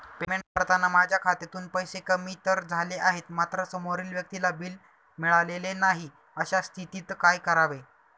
Payment करताना माझ्या खात्यातून पैसे कमी तर झाले आहेत मात्र समोरील व्यक्तीला बिल मिळालेले नाही, अशा स्थितीत काय करावे?